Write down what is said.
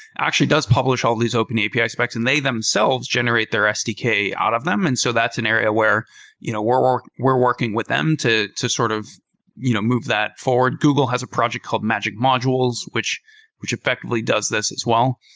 actually does publish all these open api like specs and they themselves generate their sdk out of them. and so that's an area where you know where we're we're working with them to to sort of you know move that forward. google has a project called magic modules, which which effectively does this as well.